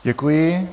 Děkuji.